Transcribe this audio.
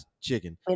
chicken